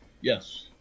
Yes